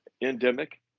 endemic